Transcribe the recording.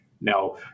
Now